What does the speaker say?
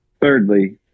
thirdly